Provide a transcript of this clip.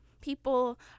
People